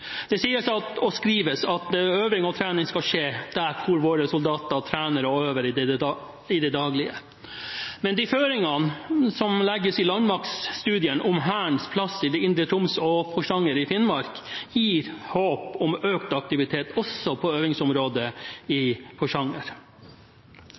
Det sies og skrives at øving og trening skal skje der hvor våre soldater trener og øver i det daglige, men de føringene som legges i landmaktstudien om Hærens plass i indre Troms og Porsanger, gir håp om økt aktivitet, også i øvingsområdet i